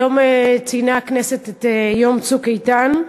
היום ציינה הכנסת את יום "צוק איתן".